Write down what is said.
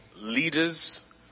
leaders